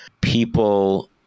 people